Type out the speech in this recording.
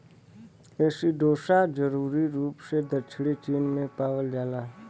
एसिडोसा जरूरी रूप से दक्षिणी चीन में पावल जाला